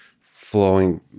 flowing